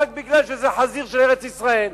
רק מפני שזה חזיר של ארץ-ישראל.